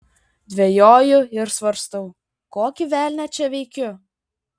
dvejoju ir svarstau kokį velnią čia veikiu